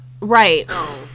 Right